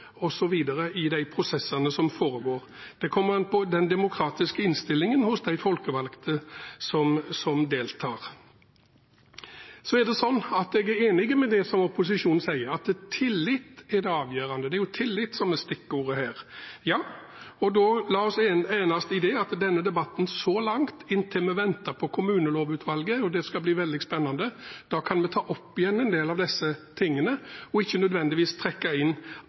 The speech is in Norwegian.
i de prosessene som der foregår. Det kommer an på den demokratiske innstillingen hos de folkevalgte som deltar. Jeg er enig i det som opposisjonen sier, at tillit er det avgjørende – det er «tillit» som er stikkordet her. La oss da enes om det i denne debatten så langt, mens vi venter på Kommunelovutvalget. Det skal bli veldig spennende. Da kan vi ta opp igjen en del av disse tingene og ikke nødvendigvis